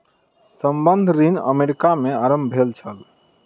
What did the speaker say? संबंद्ध ऋण अमेरिका में आरम्भ भेल छल